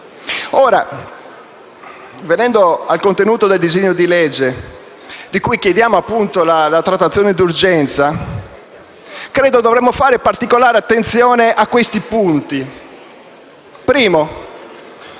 Venendo al contenuto del disegno di legge, di cui chiediamo la trattazione di urgenza, credo dovremmo fare particolare attenzione a questi punti.